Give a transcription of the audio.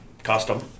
Custom